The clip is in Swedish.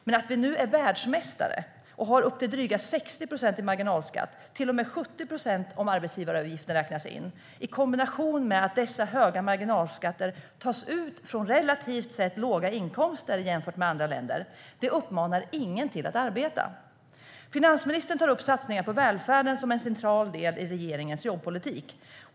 Men att vi nu är världsmästare och har upp till drygt 60 procent i marginalskatt, till och med 70 procent om arbetsgivaravgifter räknas in, i kombination med att dessa höga marginalskatter tas ut från relativt låga inkomster jämfört med andra länder, uppmuntrar ingen till att arbeta. Finansministern tar upp satsningar på välfärden som en central del i regeringens jobbpolitik.